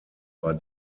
war